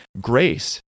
grace